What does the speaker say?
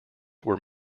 were